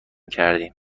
کردیم